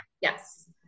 Yes